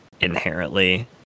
inherently